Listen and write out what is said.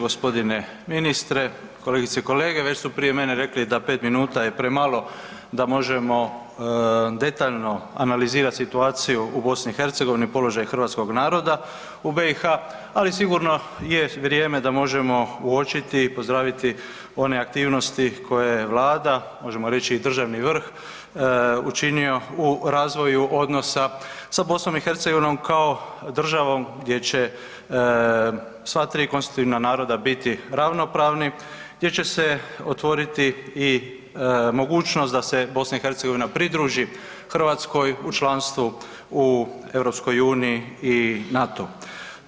Gospodine ministre, kolegice i kolege već su prije mene rekli da 5 minuta je premalo da možemo detaljno analizirati situaciju u BiH, položaj hrvatskog naroda u BiH, ali sigurno je vrijeme da možemo uočiti i pozdraviti one aktivnosti koje je Vlada, možemo reći i državni vrh učinio u razvoju odnosa sa BiH kao državnom gdje će sva tri konstitutivna naroda biti ravnopravni, gdje će se otvoriti i mogućnost da se BiH pridruži Hrvatskoj u članstvu u EU i NATO-u.